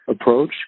approach